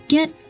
Get